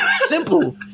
Simple